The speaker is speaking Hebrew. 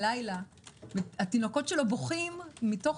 כאשר בלילה התינוקות שלו בוכים מתוך